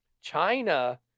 China